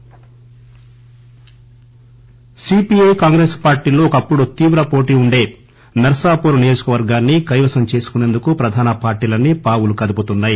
desk Narpapur profile CPI Congress పార్టీల్లో ఒకప్పుడు తీవ్ర పోటీ ఉండే నర్పాపూర్ నియోజకవర్గాన్ని కైవసం చేసుకొనేందుకు ప్రధాన పార్టీలన్నీ పావులు కదుపుతున్నాయి